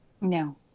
No